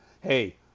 Hey